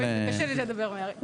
קשה לי לדבר מהר,